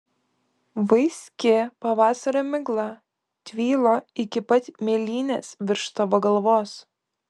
vaiski pavasario migla tvylo iki pat mėlynės virš tavo galvos